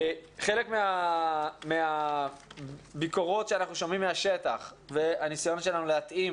חלק מהביקורות שאנחנו שומעים מהשטח והניסיון שלנו להתאים